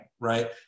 Right